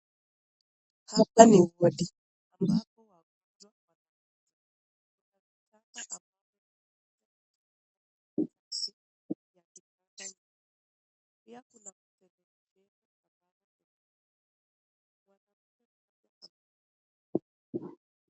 Hapa ni wodi ambapo wagonjwa wanapata huduma na pia anapata huduma ya ya kitanda nyumbani. Pia kuna kutengeneza ambapo wanapata huduma ya